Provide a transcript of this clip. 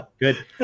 Good